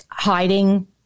hiding